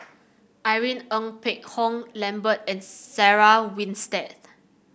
Irene Ng Phek Hoong Lambert and Sarah Winstedt